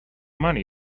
money